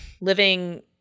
living